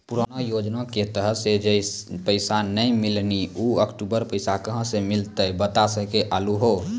पुराना योजना के तहत जे पैसा नै मिलनी ऊ अक्टूबर पैसा कहां से मिलते बता सके आलू हो?